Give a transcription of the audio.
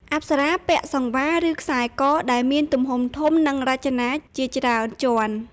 អប្សរាពាក់ "សង្វារ" ឬខ្សែកដែលមានទំហំធំ និងរចនាជាច្រើនជាន់។